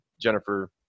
Jennifer